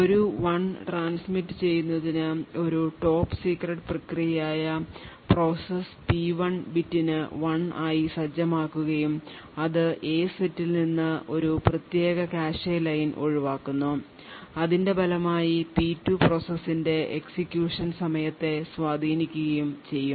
ഒരു 1 transmit ചെയ്യുന്നതിന് ഒരു top secret പ്രക്രിയയായ പ്രോസസ് P1 ബിറ്റിന് 1 ആയി സജ്ജമാക്കുകയും അത് A സെറ്റിൽ നിന്ന് ഒരു പ്രത്യേക കാഷെ ലൈൻ ഒഴിവാക്കുന്നു അതിന്റെ ഫലമായി P2 പ്രോസസ്സിന്റെ എക്സിക്യൂഷൻ സമയത്തെ സ്വാധീനിക്കുകയും ചെയ്യും